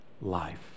life